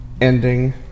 ending